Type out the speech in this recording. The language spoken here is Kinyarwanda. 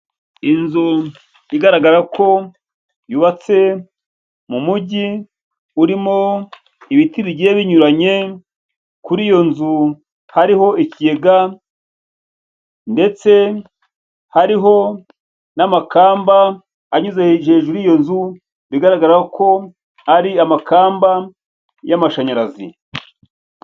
Inzu igaragara ko yubatse mu mujyi urimo ibiti bigiye binyuranye, kuri iyo nzu hariho ikigega ndetse hariho n'amakamba anyuze hejuru y'iyo nzu, bigaragara ko ari amakamba y'amashanyarazi.